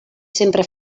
sempre